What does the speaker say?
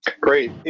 Great